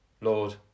Lord